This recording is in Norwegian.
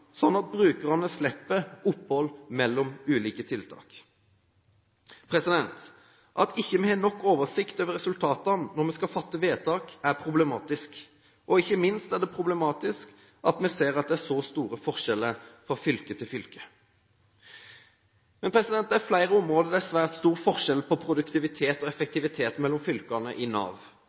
at det er god organisering av tiltakene, slik at brukerne slipper opphold mellom ulike tiltak. At vi ikke har nok oversikt over resultatene når vi skal fatte vedtak, er problematisk. Ikke minst er det problematisk at vi ser at det er så store forskjeller fra fylke til fylke. Det er flere områder i Nav der det er svært stor forskjell på produktivitet og effektivitet mellom fylkene.